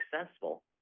successful